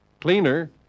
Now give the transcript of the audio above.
Cleaner